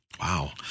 Wow